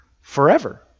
forever